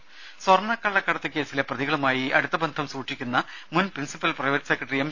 രുമ സ്വർണ്ണകള്ളക്കടത്ത് കേസിലെ പ്രതികളുമായി അടുത്തബന്ധം സൂക്ഷിക്കുന്ന മുൻ പ്രിൻസിപ്പൽ പ്രൈവറ്റ് സെക്രട്ടറി എം